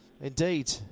indeed